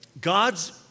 God's